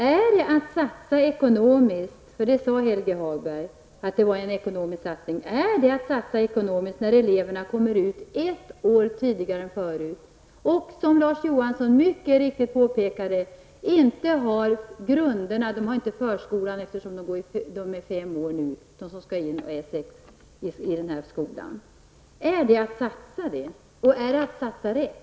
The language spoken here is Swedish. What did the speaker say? Är det att satsa ekonomiskt -- vilket Helge Hagberg sade -- när eleverna kommer ut ett år tidigare än förut och, som Larz Johansson mycket riktigt påpekade, inte har grunderna? De som nu är fem år och skall börja skolan vid sex års ålder har inte gått i förskola. Är det att satsa, och är det att satsa rätt?